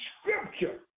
scripture